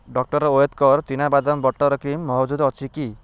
doctor Oetker ଚିନା ବାଦାମ butter creamy ମହଜୁଦ ଅଛି କି